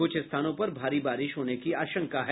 कुछ स्थानों पर भारी बारिश होने की आशंका है